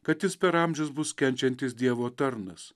kad jis per amžius bus kenčiantis dievo tarnas